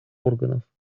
органов